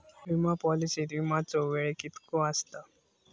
विमा पॉलिसीत विमाचो वेळ कीतको आसता?